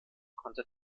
konnte